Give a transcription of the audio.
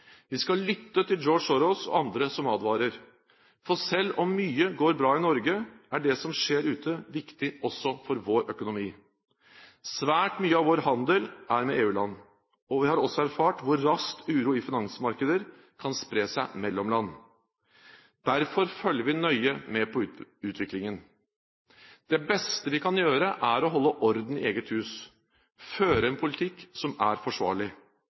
Vi skal lytte til George Soros og andre som advarer. Selv om mye går bra i Norge, er det som skjer ute, viktig også for vår økonomi. Svært mye av vår handel er med EU-land, og vi har også erfart hvor raskt uro i finansmarkeder kan spre seg mellom land. Derfor følger vi nøye med på utviklingen. Det beste vi kan gjøre, er å holde orden i eget hus, føre en politikk som er forsvarlig,